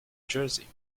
jersey